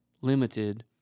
limited